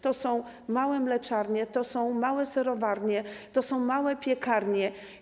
To są małe mleczarnie, to są małe serowarnie, to są małe piekarnie.